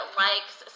likes